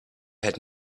had